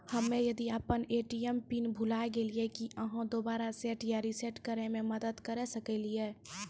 हम्मे यदि अपन ए.टी.एम पिन भूल गलियै, की आहाँ दोबारा सेट या रिसेट करैमे मदद करऽ सकलियै?